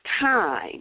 time